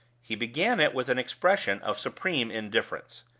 he began it with an expression of supreme indifference.